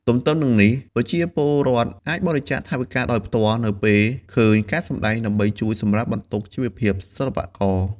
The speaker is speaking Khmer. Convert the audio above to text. ទទ្ទឹមនឹងនេះ ប្រជាពលរដ្ឋអាចបរិច្ចាគថវិកាដោយផ្ទាល់នៅពេលឃើញការសម្ដែង ដើម្បីជួយសម្រាលបន្ទុកជីវភាពសិល្បករ។